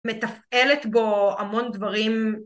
מתפעלת בו המון דברים